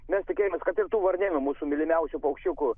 mes tikėjomės kad ir tų varnėnių mūsų mylimiausių paukščiukų